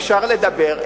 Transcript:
אפשר לדבר,